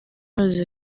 bamaze